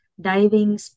diving